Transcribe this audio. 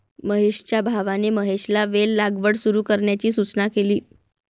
महेशच्या भावाने महेशला वेल लागवड सुरू करण्याची सूचना केली